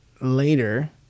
later